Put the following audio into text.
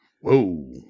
Whoa